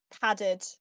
padded